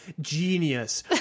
genius